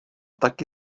taky